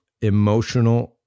emotional